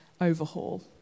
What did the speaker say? overhaul